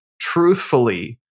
truthfully